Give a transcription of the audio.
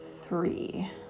three